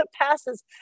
passes